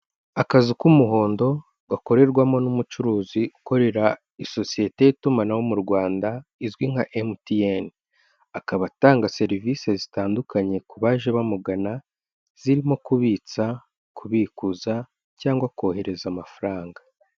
Akazu k'umuhondo gakorerwamo n'umucuruzi ukorera isosiyete y'itumanaho mu Rwanda izwi nka MTN, akaba atanga serivise zitandukanye ku baje bamugana zirimo kubitsa, kubikuza cyangwa kohereza amafaranga.